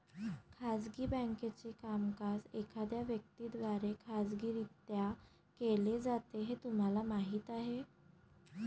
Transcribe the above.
खाजगी बँकेचे कामकाज एखाद्या व्यक्ती द्वारे खाजगीरित्या केले जाते हे तुम्हाला माहीत आहे